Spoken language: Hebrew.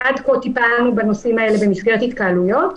עד כה טיפלנו בנושאים האלה במסגרת התקהלויות,